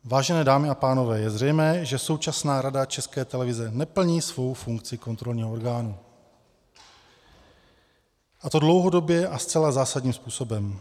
Vážené dámy a pánové, je zřejmé, že současná Rada České televize neplní svou funkci kontrolního orgánu, a to dlouhodobě a zcela zásadním způsobem.